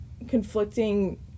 conflicting